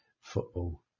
football